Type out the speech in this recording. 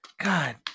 God